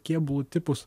kėbulų tipus